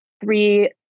three